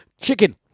chicken